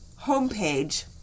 homepage